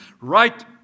right